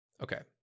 okay